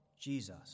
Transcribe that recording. Jesus